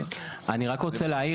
קודמים, אני רק רוצה להעיר